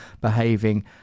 behaving